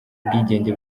ubwigenge